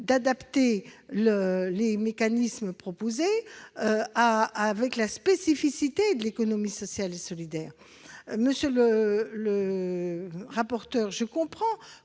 à adapter les mécanismes proposés aux spécificités de l'économie sociale et solidaire ? Monsieur le rapporteur, je comprends